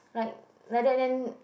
like like that then